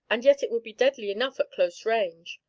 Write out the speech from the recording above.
and yet it would be deadly enough at close range.